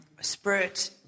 spirit